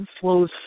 flows